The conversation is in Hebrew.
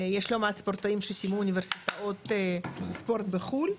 יש לא מעט ספורטאים שסיימו אוניברסיטאות ספורט בחול.